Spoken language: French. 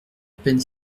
peine